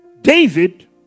David